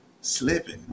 slipping